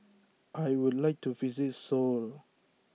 I would like to visit Seoul